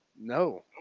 No